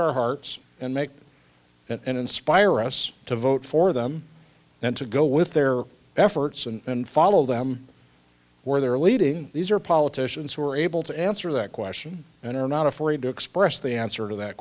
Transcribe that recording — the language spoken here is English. our hearts and make them and inspire us to vote for them and to go with their efforts and follow them where they're leading these are politicians who are able to answer that question and are not afraid to express the answer to that